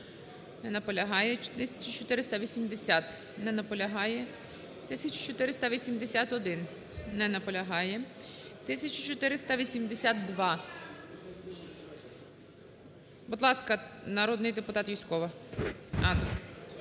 Не наполягає. 1480. Не наполягає. 1481. Не наполягає. 1482. Будь ласка, народний депутат Юзькова.